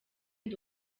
ndi